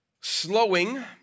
Slowing